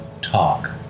talk